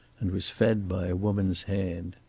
and was fed by a woman's hand.